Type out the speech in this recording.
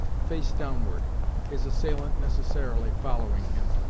face downward his assailant necessarily following him.